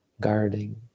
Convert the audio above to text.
guarding